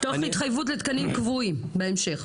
תוך התחייבות לתקנים קבועים בהמשך?